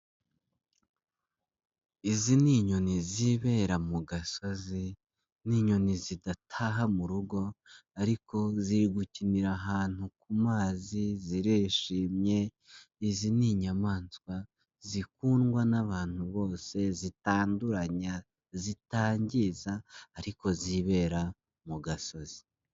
Izi ni inyoni zibera mu gasozi, ni inyoni zidataha mu rugo ariko ziri gukinira ahantu ku mazi, zirishimye, izi ni inyamaswa zikundwa n'abantu bose, zitanduranya, zitangiza ariko zibera mu gasozi.